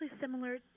similar